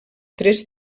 tres